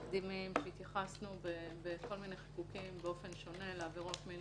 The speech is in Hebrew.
התייחסנו בכל מיני חיקוקים באופן שונה לעבירות מין,